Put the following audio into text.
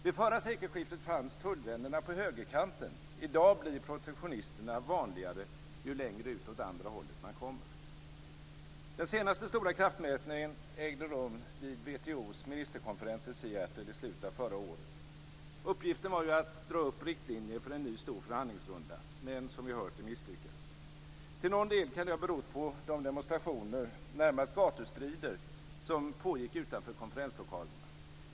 Vid förra sekelskiftet fanns tullvännerna på högerkanten. I dag blir protektionisterna vanligare ju längre ut åt andra hållet man kommer. Den senaste stora kraftmätningen ägde rum vid WTO:s ministerkonferens i Seattle i slutet av förra året. Uppgiften var att dra upp riktlinjer för en ny stor förhandlingsrunda. Men som vi hört misslyckades det. Till någon del kan det ha berott på de demonstrationer, närmast gatustrider, som pågick utanför konferenslokalerna.